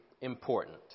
important